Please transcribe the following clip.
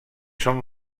són